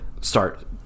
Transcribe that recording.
start